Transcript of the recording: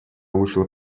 улучшила